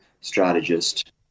strategist